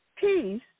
Peace